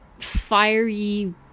fiery